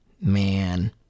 man